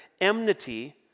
enmity